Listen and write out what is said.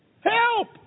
Help